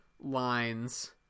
lines